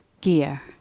gear